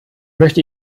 möchte